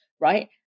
right